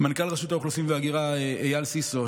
מנכ"ל רשות האוכלוסין וההגירה אייל סיסו,